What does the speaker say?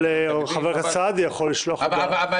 אבל חבר הכנסת סעדי יכול לשלוח הודעה.